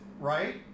right